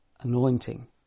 anointing